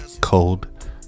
Cold